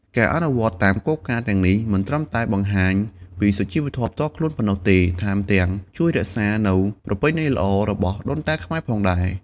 ការអនុវត្តតាមគោលការណ៍ទាំងនេះ មិនត្រឹមតែបង្ហាញពីសុជីវធម៌ផ្ទាល់ខ្លួនប៉ុណ្ណោះទេ ថែមទាំងជួយរក្សានូវប្រពៃណីល្អរបស់ដូនតាខ្មែរផងដែរ។